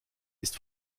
ist